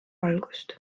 valgust